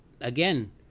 again